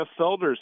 Felder's